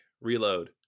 reload